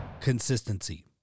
Consistency